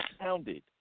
sounded